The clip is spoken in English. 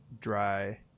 dry